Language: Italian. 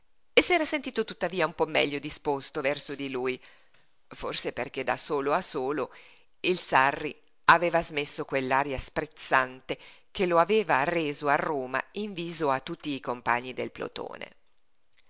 che n'aveva s'era sentito tuttavia un po meglio disposto verso di lui forse perché da solo a solo il sarri aveva smesso quell'aria sprezzante che lo aveva reso a roma inviso a tutti i compagni del plotone